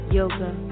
yoga